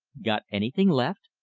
got anything left?